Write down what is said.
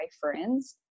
friends